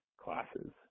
classes